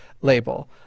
label